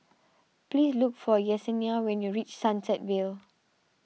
please look for Yessenia when you reach Sunset Vale